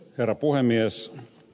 herra puhemies